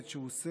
ובעיקר,